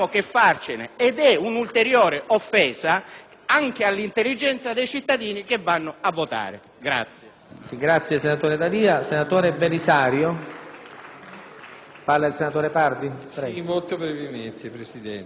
anche all'intelligenza dei cittadini che vanno a votare.